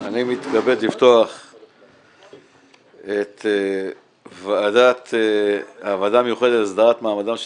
אני מתכבד לפתוח את הוועדה המיוחדת להסדרת מעמדם של